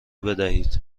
بدهید